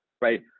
right